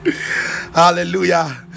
Hallelujah